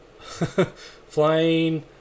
flying